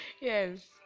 Yes